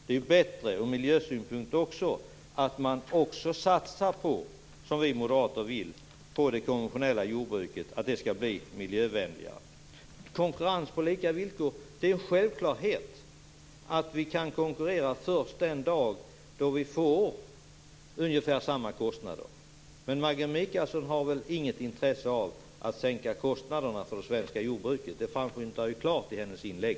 Det är bättre också ur miljösynpunkt att man satsar, som vi moderater, på att det konventionella jordbruket skall bli miljövänligare. När det gäller konkurrens på lika villkor är det en självklarhet att vi kan konkurrera först den dag då vi får ungefär samma kostnader som andra. Men Maggi Mikaelsson har väl inget intresse av att sänka kostnaderna för svenska jordbruket. Det framgick klart av hennes inlägg.